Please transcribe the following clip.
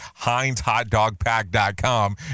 HeinzHotDogPack.com